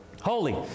Holy